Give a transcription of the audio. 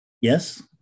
Yes